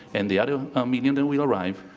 and the other million that will arrive,